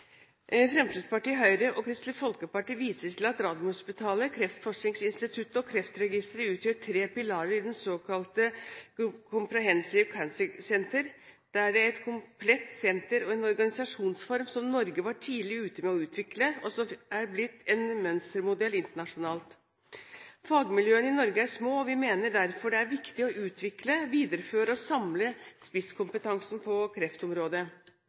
Fremskrittspartiet, Høyre og Kristelig Folkeparti viser til at Radiumhospitalet, kreftforskningsinstituttet og Kreftregisteret utgjør tre pilarer i det såkalte Comprehensive Cancer Center. Det er et komplett senter og en organisasjonsform som Norge var tidlig ute med å utvikle, og som er blitt en mønstermodell internasjonalt. Fagmiljøene i Norge er små, og vi mener derfor det er viktig å utvikle, videreføre og samle spisskompetansen på kreftområdet.